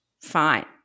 fine